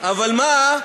אבל מה?